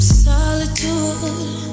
solitude